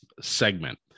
segment